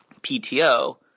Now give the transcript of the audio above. PTO